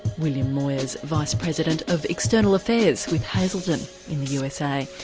william moyers, vice president of external affairs with hazelden in the usa.